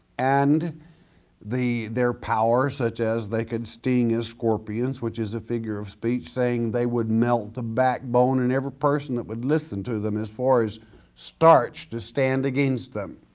and their power such as they could sting as scorpions, which is a figure of speech saying they would melt a backbone in every person that would listen to them as far as starch to stand against them.